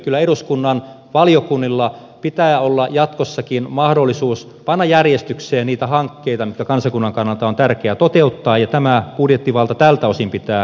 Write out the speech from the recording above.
kyllä eduskunnan valiokunnilla pitää olla jatkossakin mahdollisuus panna järjestykseen niitä hankkeita mitä kansakunnan kannalta on tärkeää toteuttaa ja tämä budjettivalta tältä osin pitää itsellään